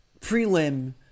prelim